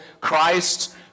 Christ